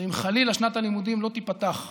ואם חלילה שנת הלימודים לא תיפתח כסדרה,